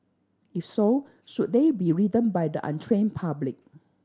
if so should they be ridden by the untrained public